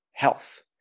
health